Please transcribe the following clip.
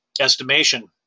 estimation